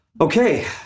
Okay